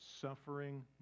Suffering